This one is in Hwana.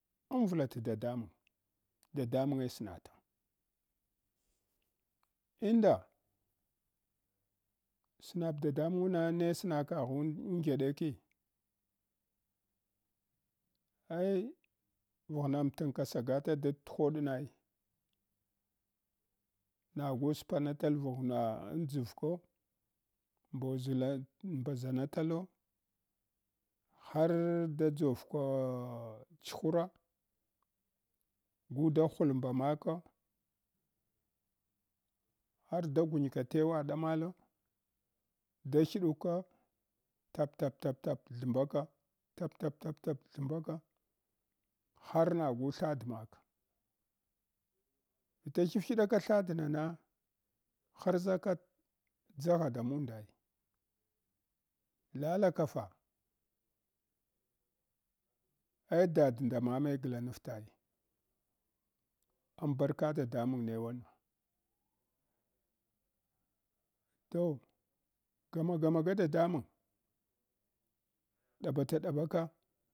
Anvlat dadamung. Dadamunge snata inda snab dadamungna neh snakagh amdzaɗ eki? Ai vaghna mtingka sagata dathoɗ nai naguspanatal vaghna andʒko mboʒla mbaʒanatale har da dʒorka chura guda hulmba maka, har da gunka tewa ɗamalo da hyɗuk ka kat-kat-kat thambalka, kat-kat-kat thambaka har nagu thadmak. Vita hyfyidaka thadnana harʒaka gyagha da munda lalaka fa? Ai dad nda mame glanafla nbarka dadamung ne wanan toh gwamagu maga dadamung ɗabataɗabaka.